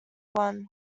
one